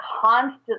constantly